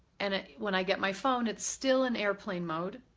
and ah when i get my phone it's still in airplane mode,